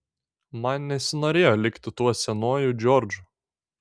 man nesinorėjo likti tuo senuoju džordžu